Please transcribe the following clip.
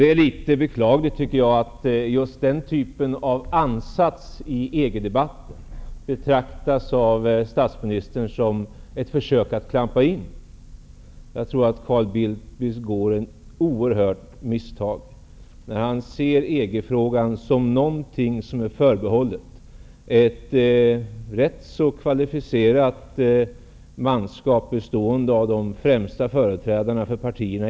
Det är beklagligt att just den typen av ansats i EG debatten betraktas av statsministern som ett försök att klampa in. Jag tror att statsminister Carl Bildt begår ett oerhört misstag när han ser EG-frågan som något som är förbehållet ett rätt så kvalificerat manskap bestående av de främsta företrädarna för partierna.